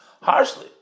harshly